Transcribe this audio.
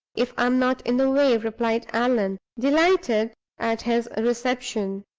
if i am not in the way, replied allan, delighted at his reception.